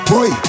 Boy